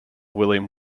william